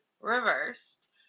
reversed